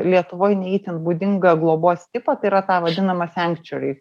lietuvoj ne itin būdingą globos tipą tai yra tą vadinamą fenkčiori